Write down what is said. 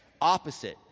Opposite